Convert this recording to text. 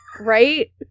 right